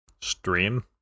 Stream